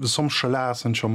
visom šalia esančiom